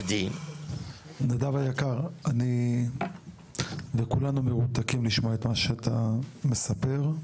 נדב היקר, כולנו מרותקים לשמוע את מה שאתה מספר.